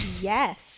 Yes